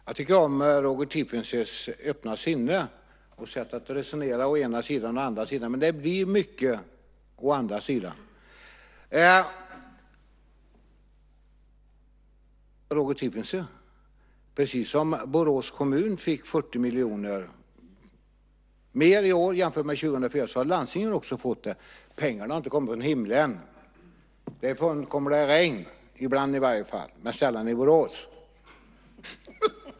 Herr talman! Jag tycker om Roger Tiefensees öppna sinne och sätt att resonera: å ena sidan och å andra sidan. Men det blir mycket "å andra sidan". Precis som Borås kommun, Roger Tiefensee, fick 40 miljoner mer i år jämfört med 2004 har landstingen fått det. Pengarna har inte kommit från himlen. Därifrån kommer det regn, ibland i varje fall, men sällan i Borås.